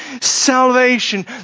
salvation